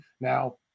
now